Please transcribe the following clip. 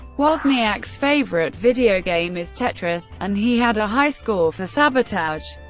wozniak's favorite video game is tetris, and he had a high score for sabotage.